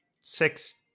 six